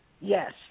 Yes